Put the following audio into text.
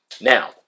Now